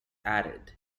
added